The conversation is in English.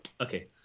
okay